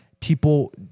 people